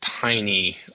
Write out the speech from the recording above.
tiny